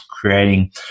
creating